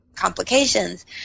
complications